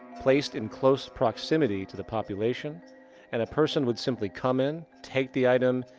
placed in close proximity to the population and a person would simply come in, take the item,